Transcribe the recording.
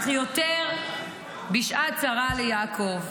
אך יותר בשעת צרה ליעקב,